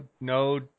no